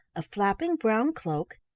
a flapping brown cloak,